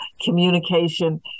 communication